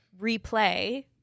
replay